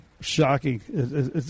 Shocking